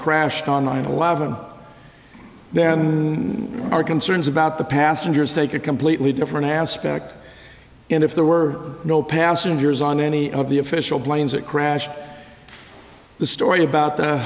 crashed on nine eleven there are concerns about the passengers take a completely different aspect and if there were no passengers on any of the official planes that crashed the story about